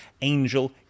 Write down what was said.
Angel